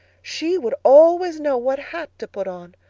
she would always know what hat to put on.